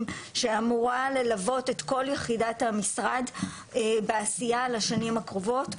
שאמורה ללוות את כל יחידת המשרד בעשייה לשנים הקרובות,